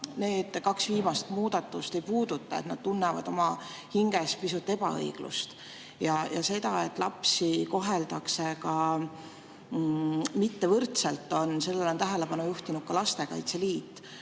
keda kaks viimast muudatust ei puuduta, ning nad tunnevad oma hinges pisut ebaõiglust ja seda, et lapsi ei kohelda võrdselt. Sellele on tähelepanu juhtinud ka Lastekaitse Liit.